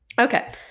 okay